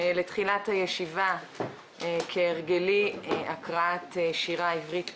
בתחילת הישיבה, כהרגלי, הקראת שירה עברית קצרה.